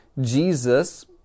Jesus